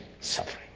suffering